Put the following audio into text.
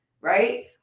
right